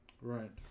Right